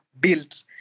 built